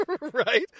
Right